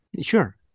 Sure